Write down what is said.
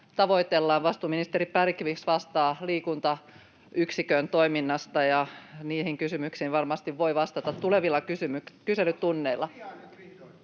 tavoitellaan. Vastuuministeri Bergqvist vastaa liikuntayksikön toiminnasta ja voi niihin kysymyksiin varmasti vastata tulevilla kyselytunneilla.